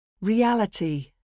Reality